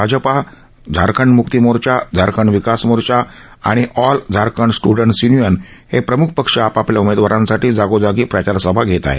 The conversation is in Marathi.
भाजपा झारखंड मुक्तीमोर्चा झारखंड विकास मोर्चा आणि ऑल झारखंड स्टंडट्स य्नियन हे प्रम्ख पक्ष आपापल्या उमेदवारांसाठी जागोजागी प्रचारसभा घेत आहेत